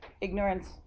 ignorance